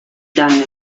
done